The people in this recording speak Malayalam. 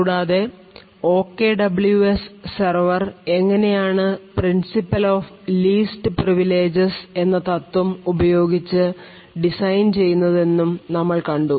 കൂടാതെ OKWS server എങ്ങനെയാണ് പ്രിൻസിപ്പൽ ഓഫ് ലീസ്റ് പ്രിവിലേജസ് എന്ന തത്വം ഉപയോഗിച്ച് ഡിസൈൻ ചെയ്യുന്നതെന്നും എന്നും നമ്മൾ കണ്ടു